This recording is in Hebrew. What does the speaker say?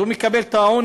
אז הוא מקבל את העונש.